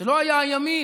זה לא היה הימין,